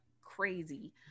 crazy